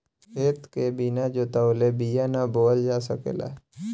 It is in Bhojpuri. खेत के बिना जोतवले बिया ना बोअल जा सकेला